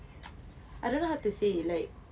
I don't know how to say like